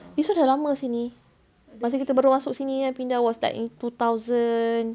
this [one] dah lama sini masa kita baru masuk sini kan pindah was like in two thousand